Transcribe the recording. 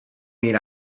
mean